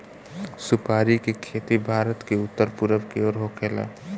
सुपारी के खेती भारत के उत्तर पूरब के ओर होखेला